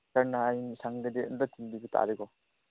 ꯁꯥꯔ ꯅꯍꯥꯟ ꯁꯪꯗ꯭ꯔꯗꯤ ꯑꯃꯨꯛꯇ ꯊꯤꯟꯕꯤꯕ ꯇꯥꯔꯦꯀꯣ